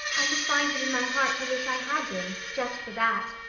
i could find it in my heart to wish i had been, just for that.